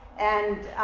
and